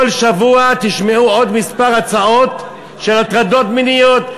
כל שבוע תשמעו עוד כמה הצעות של הטרדות מיניות,